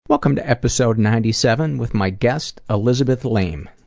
welcome to episode ninety seven with my guest elizabeth laime.